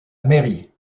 mairie